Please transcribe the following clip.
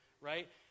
Right